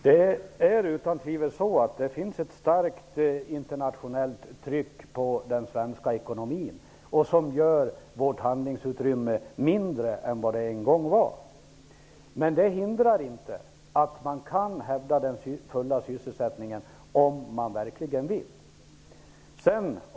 Herr talman! Det finns utan tvivel ett starkt internationellt tryck på den svenska ekonomin som gör vårt handlingsutrymme mindre än vad det en gång var. Men det hindrar inte att man kan hävda den fulla sysselsättningen om man verkligen vill.